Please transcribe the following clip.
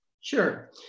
Sure